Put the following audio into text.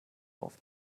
auf